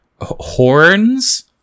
horns